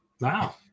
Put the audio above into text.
Wow